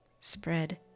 spread